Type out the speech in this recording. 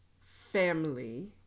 family